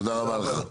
תודה רבה לך.